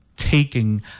Taking